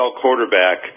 quarterback